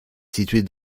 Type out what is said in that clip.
située